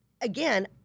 Again